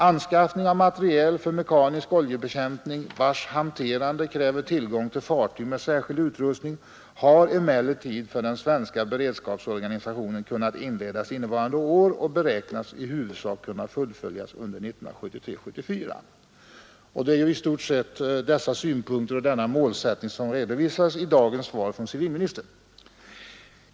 Anskaffning av materiel för mekanisk oljebekämpning, vars hanterande kräver tillgång till fartyg med särskild utrustning, har emellertid för den svenska beredskapsorganisationen kunnat inledas innevarande år och beräknas i huvudsak kunna fullföljas under 1973 och 1974.” Det är i stort sett dessa synpunkter och denna målsättning som redovisas också i dagens svar från civilministern.